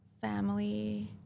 family